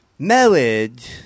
Melod